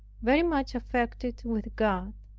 very much affected with god.